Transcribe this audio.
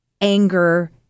anger